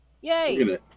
Yay